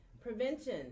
Prevention